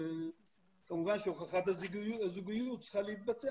כמובן שהוכחת הזוגיות צריכה להתבצע